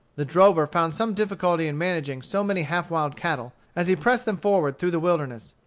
the drover found some difficulty in managing so many half wild cattle, as he pressed them forward through the wilderness,